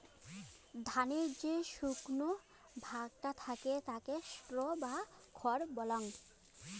ধানের যে শুকনো ভাগটা থাকে তাকে স্ট্র বা খড় বলাঙ্গ